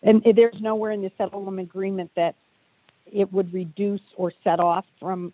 and there's nowhere in the settlement agreement that it would reduce or set off from